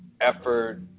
effort